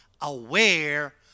aware